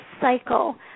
cycle